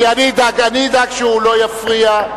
אני אדאג שהוא לא יפריע.